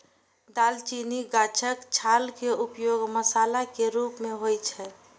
दालचीनी गाछक छाल के उपयोग मसाला के रूप मे होइ छै